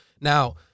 now